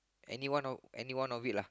any one of any one of it lah